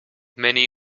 many